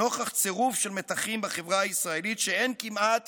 נוכח צירוף של מתחים בחברה הישראלית שאין כמעט